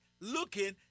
looking